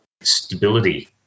stability